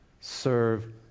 Serve